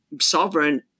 sovereign